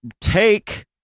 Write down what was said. take